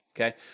okay